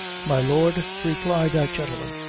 my lord, replied that gentleman,